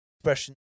expression